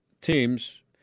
teams